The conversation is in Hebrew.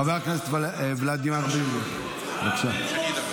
חבר הכנסת ולדימיר בליאק, בבקשה.